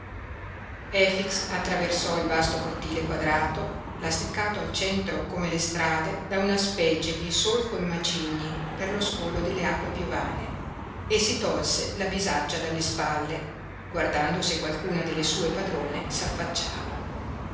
hujas efix attraversò il vasto cortile quadrato lastricato al centro come le strade da una specie di solco in macigni per lo scolo delle acque piovane e si tolse la bisaccia dalle spalle guardando se qualcuna delle sue padrone